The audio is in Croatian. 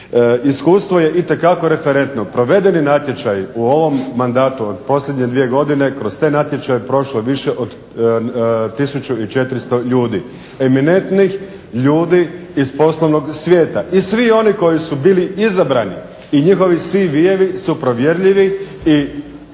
Iskustvo je itekako referentno. Provedeni natječaji u ovom mandatu od posljednje dvije godine, kroz te natječaje je prošlo više od 1400 ljudi, eminentnih ljudi iz poslovnog svijeta. I svi oni koji su bili izabrani i njihovi CV-jevi su provjerljivi i